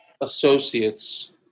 associates